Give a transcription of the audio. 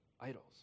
idols